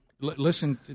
Listen